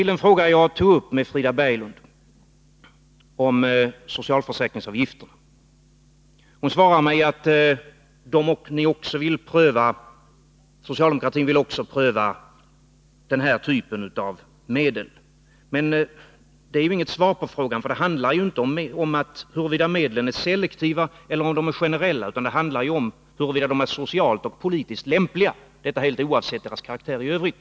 På den fråga jag ställde till Frida Berglund om socialförsäkringsavgifterna svarade hon att socialdemokraterna vill pröva den här typen av medel också. Men det är inget svar på frågan. Det handlar inte om huruvida medlen är selektiva eller generella, utan det handlar om huruvida de är socialt och politiskt lämpliga — detta helt oavsett deras karaktär i övrigt.